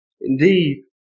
indeed